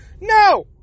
No